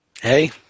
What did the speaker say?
Hey